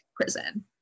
prison